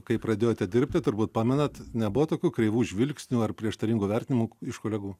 kai pradėjote dirbti turbūt pamenat nebuvo tokių kreivų žvilgsnių ar prieštaringų vertinimų iš kolegų